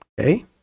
okay